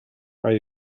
are